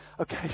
okay